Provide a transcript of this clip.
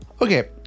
Okay